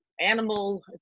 animal